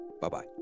Bye-bye